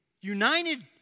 united